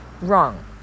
Wrong